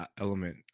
element